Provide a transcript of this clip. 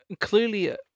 clearly